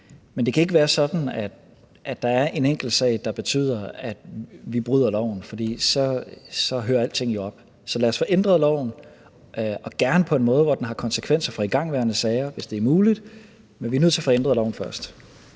Men det kan ikke være sådan, at der er en enkelt sag, der betyder, at vi bryder loven, for så hører alting jo op. Så lad os få ændret loven – og gerne på en måde, hvor den har konsekvenser for igangværende sager, hvis det er muligt. Men vi er nødt til at få ændret loven først.